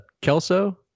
Kelso